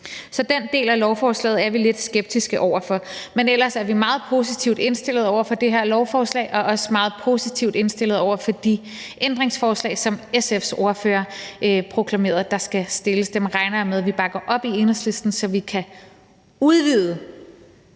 Så den del af lovforslaget er vi lidt skeptiske over for. Men ellers er vi meget positivt indstillet over for det her lovforslag, og vi er også meget positivt indstillet over for de ændringsforslag, som SF’s ordfører proklamerede skal stilles. Dem regner jeg med Enhedslisten bakker op, så vi kan udvide